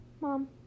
Mom